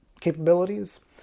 capabilities